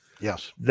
Yes